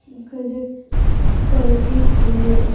ई कहै छै पौड़की छियै